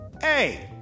Hey